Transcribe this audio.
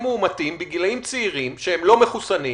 מאומתים בגילאים צעירים שהם לא מחוסנים,